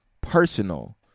personal